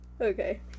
Okay